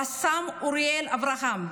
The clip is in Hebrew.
רס"מ אוריאל אברהם,